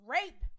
Rape